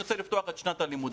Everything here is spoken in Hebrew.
אני רוצה לפתוח את שנת הלימודים.